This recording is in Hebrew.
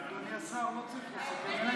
אדוני השר, לא צריך לסכם.